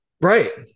Right